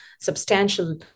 substantial